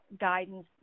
guidance